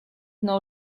know